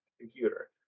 computer